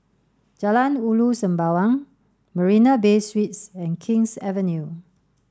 Jalan Ulu Sembawang Marina Bay Suites and King's Avenue